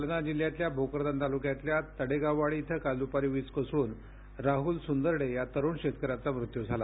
जालना जिल्ह्यातल्या भोकरदन तालुक्यातल्या तडेगाववाडी इथं काल द्पारी वीज कोसळून राहुल रायसिंग सुंदरडे या तरुण शेतकऱ्यांचा मृत्यू झाला